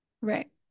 Right